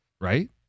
Right